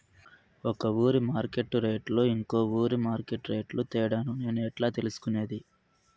ఒక ఊరి మార్కెట్ రేట్లు ఇంకో ఊరి మార్కెట్ రేట్లు తేడాను నేను ఎట్లా తెలుసుకునేది?